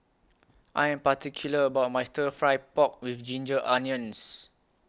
I Am particular about My Stir Fry Pork with Ginger Onions